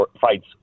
fights